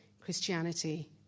Christianity